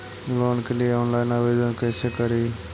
Loan के लिये online आवेदन कैसे करि?